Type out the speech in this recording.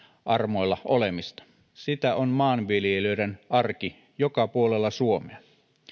armoilla olemista sitä on maanviljelijöiden arki joka puolella suomea